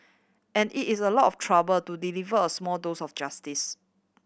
and it is a lot of trouble to deliver a small dose of justice